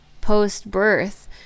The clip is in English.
post-birth